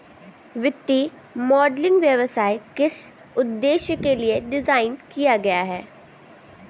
वित्तीय मॉडलिंग व्यवसाय किस उद्देश्य के लिए डिज़ाइन किया गया है?